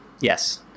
Yes